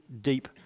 deep